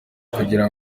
kugira